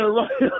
right